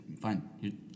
Fine